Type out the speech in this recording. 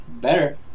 better